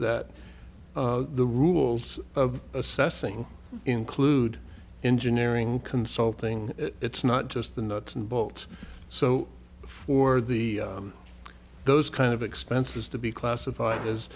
that the rules of assessing include engineering consulting it's not just the nuts and bolts so for the those kind of expenses to be classified as